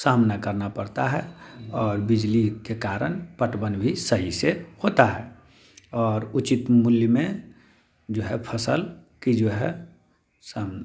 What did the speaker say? सामना करना पड़ता है और बिजली के कारण पटवन भी सही से होता है और उचित मूल्य में जो है फसल की जो है